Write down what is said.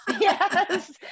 Yes